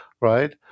right